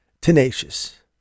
tenacious